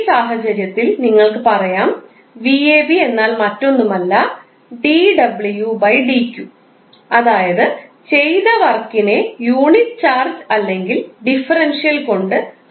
ഈ സാഹചര്യത്തിൽ നിങ്ങൾക്ക് പറയാം 𝑣𝑎𝑏 എന്നാൽ മറ്റൊന്നുമല്ല 𝑑𝑤 𝑑𝑞 അതായത് ചെയ്ത വർക്കിനെ നെ യൂണിറ്റ് ചാർജ് അല്ലെങ്കിൽ ഡിഫറൻഷ്യൽ കൊണ്ട് ഹരിക്കുന്നു